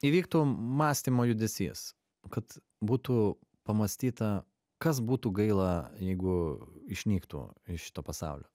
įvyktų mąstymo judesys kad būtų pamąstyta kas būtų gaila jeigu išnyktų iš šito pasaulio